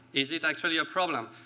is it actually a problem?